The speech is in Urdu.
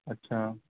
اچھا